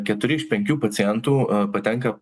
keturi iš penkių pacientų patenka